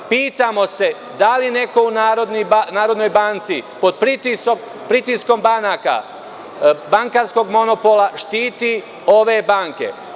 Pitamo se da li neko u NBS pod pritiskom banaka, bankarskog monopola štiti ove banke?